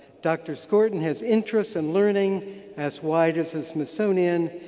doctor skorton has interests in learning as wide as and smithsonian,